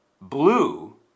blue